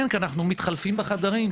כן, כי אנחנו מתחלפים בחדרים.